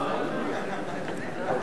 אז למה אתה מדבר?